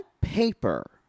paper